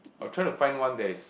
I'll try to find one that is